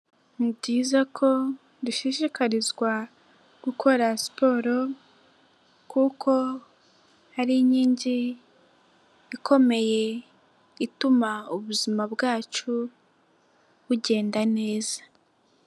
Ni byiza ko dushishikarizwa gukora siporo kuko ari inkingi ikomeye ituma ubuzima bwacu bugenda neza.